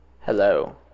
Hello